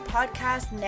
Podcast